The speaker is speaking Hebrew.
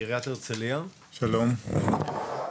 עיריית הרצליה, ארז.